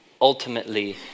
ultimately